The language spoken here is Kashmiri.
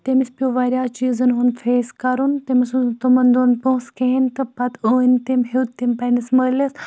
تٔمِس پیٚو واریاہ چیٖزَن ہُنٛد فیس کَرُن تٔمِس اوس نہٕ تمَن دۄہَن پونٛسہٕ کِہیٖنۍ تہٕ پَتہٕ أنۍ تٔمۍ ہیوٚت تٔمۍ پنٛنِس مٲلِس